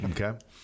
Okay